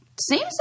Seems